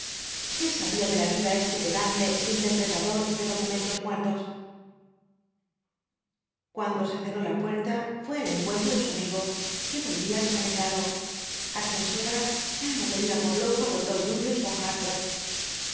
qué sabía de la vida este pedante interpretador de documentos muertos cuando se cerró la puerta fué al encuentro de su amigo que volvía desalentado argensola ya no tenía por loco al doctor julius